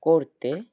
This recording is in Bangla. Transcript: করতে